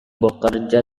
bekerja